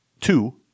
Two